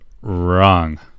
wrong